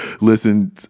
listen